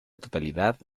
totalidad